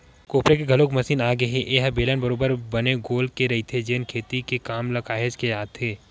कोपरे के घलोक मसीन आगे ए ह बेलन बरोबर बने गोल के रहिथे जेन खेती के काम म काहेच के आथे